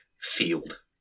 field